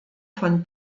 von